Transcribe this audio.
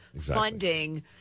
funding